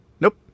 Nope